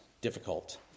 difficult